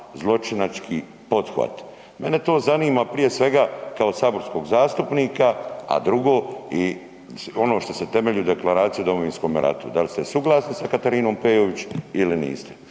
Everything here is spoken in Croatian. zločinački pothvat? Mene to zanima prije svega kao saborskog zastupnika, a drugo i ono što se temelji u Deklaraciji o Domovinskome ratu, dal ste suglasni sa Katarinom Peović ili niste?